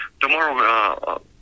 tomorrow